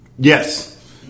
Yes